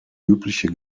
übliche